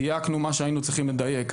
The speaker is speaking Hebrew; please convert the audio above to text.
דייקנו מה שהיינו צריכים לדייק,